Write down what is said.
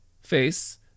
face